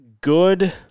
good –